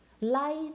Light